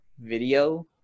video